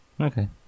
Okay